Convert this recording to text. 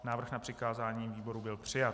Návrh na přikázání výboru byl přijat.